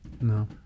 No